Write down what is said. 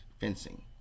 fencing